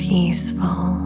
Peaceful